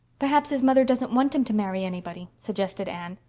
perhaps his mother doesn't want him to marry anybody, suggested anne.